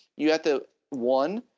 you have to one